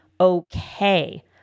okay